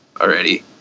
already